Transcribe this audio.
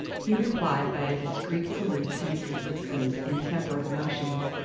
he replied by a discreet salute to mrs. lipscomb's intemperate motions,